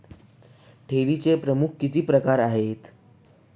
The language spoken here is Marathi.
ठेवीचे प्रमुख किती प्रकार आहेत?